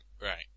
Right